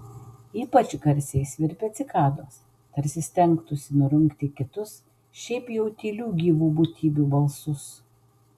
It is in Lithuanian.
ypač garsiai svirpia cikados tarsi stengtųsi nurungti kitus šiaip jau tylių gyvų būtybių balsus